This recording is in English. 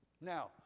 now